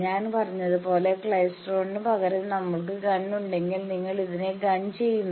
ഞാൻ പറഞ്ഞതുപോലെ ക്ലൈസ്ട്രോണിന് പകരം നിങ്ങൾക്ക് ഗണ്ണുണ്ടെങ്കിൽ നിങ്ങൾ ഇതിനെ ഗൺ ചെയുന്നു